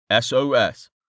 SOS